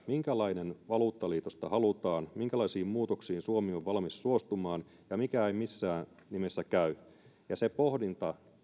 minkälainen valuuttaliitosta halutaan minkälaisiin muutoksiin suomi on valmis suostumaan ja mikä ei missään nimessä käy ja se pohdinta